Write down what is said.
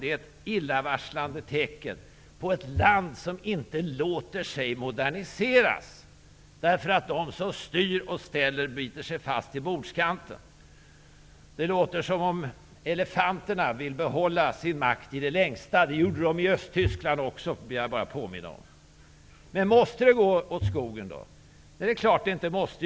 Detta är ett illavarslande tecken på att Sverige är ett land som inte låter sig moderniseras därför att de som styr och ställer biter sig fast i bordskanten. Det låter som om elefanterna vill behålla sin makt i det längsta. Jag vill påminna om att de gjorde det i Östtyskland också. Måste det gå åt skogen? Nej, det är klart att det inte måste.